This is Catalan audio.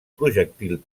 projectil